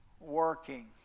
working